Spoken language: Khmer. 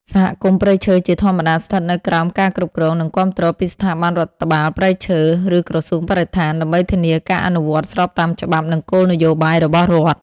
សហគមន៍ព្រៃឈើជាធម្មតាស្ថិតនៅក្រោមការគ្រប់គ្រង និងគាំទ្រពីស្ថាប័នរដ្ឋបាលព្រៃឈើ ឬក្រសួងបរិស្ថាន ដើម្បីធានាការអនុវត្តស្របតាមច្បាប់ និងគោលនយោបាយរបស់រដ្ឋ។